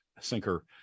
sinker